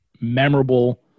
memorable